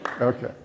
Okay